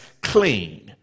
clean